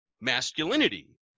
masculinity